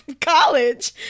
college